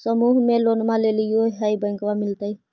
समुह मे लोनवा लेलिऐ है बैंकवा मिलतै?